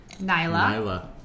nyla